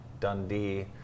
Dundee